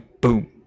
Boom